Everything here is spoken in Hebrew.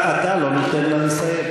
לעזוב.